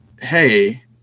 Hey